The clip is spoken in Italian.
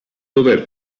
dover